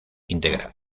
integral